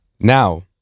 now